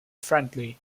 friendly